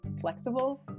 flexible